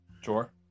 Sure